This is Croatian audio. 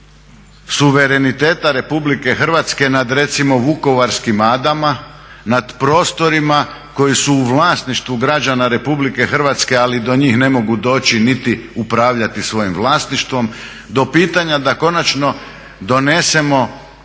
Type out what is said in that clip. suvereniteta Republike Hrvatske nad recimo vukovarskim adama, nad prostorima koji su u vlasništvu građana Republike Hrvatske, ali do njih ne mogu doći niti upravljati svojim vlasništvom, do pitanja da konačno donesemo